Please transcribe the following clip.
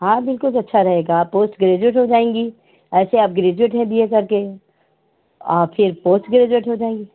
हाँ बिल्कुल अच्छा रहेगा आप पोस्ट ग्रेजुएट हो जाएँगी ऐसे आप ग्रेजुएट हैं बी ए करके आप फिर पोस्ट ग्रेजुएट हो जाएँगी